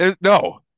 No